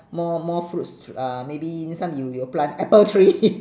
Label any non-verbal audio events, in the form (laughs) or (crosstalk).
more more fruits to uh maybe next time you you'll plant apple tree (laughs)